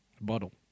Bottle